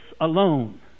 alone